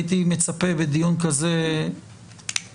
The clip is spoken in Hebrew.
הייתי מצפה בדיון כזה ראשוני,